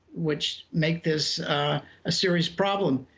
which make this a serious problem.